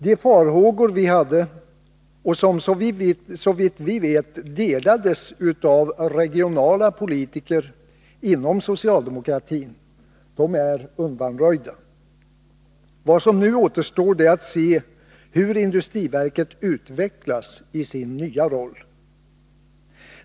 De farhågor som vi hade och som såvitt vi vet delades av regionala politiker inom socialdemokratin är undanröjda. Vad som återstår att se är hur industriverket utvecklas i sin nya roll.